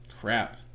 crap